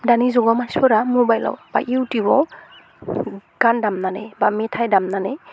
दानि जुगाव मानसिफोरा मबाइलआव बा इउथुबाव गान दामनानै बा मेथाइ दामनानै